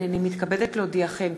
הנני מתכבדת להודיעכם,